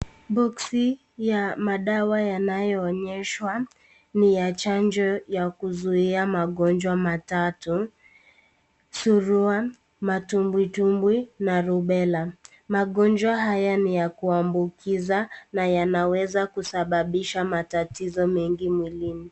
Boksi ya madawa yanayoonyeshwa ni ya chanjo ya kuzuia magonjwa matatu surua, matumbwi tumbwi na rubela. Magonjwa haya ni ya kuambukiza na yanaweza kusababisha matatizo mengi mwilini.